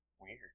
Weird